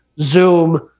Zoom